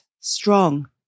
strong